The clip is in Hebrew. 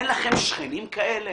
אין לכם שכנים כאלה?